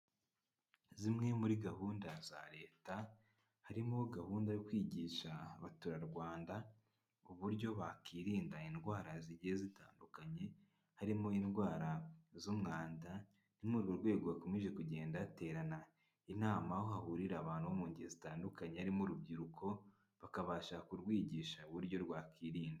Zimwe muri gahunda za leta, harimo gahunda yo kwigisha abaturarwanda uburyo bakirinda indwara zigiye zitandukanye, harimo indwara z'umwanda, ni muri urwo rwego hakomeje kugenda haterana inama, aho hahurira abantu bo mu ngeri zitandukanye harimo urubyiruko, bakabasha kurwigisha uburyo rwakwirinda.